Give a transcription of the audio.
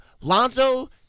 Lonzo